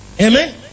Amen